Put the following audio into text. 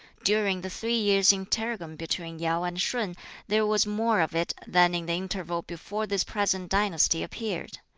during the three years' interregnum between yau and shun there was more of it than in the interval before this present dynasty appeared.